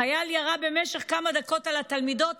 החייל ירה במשך כמה דקות על התלמידות,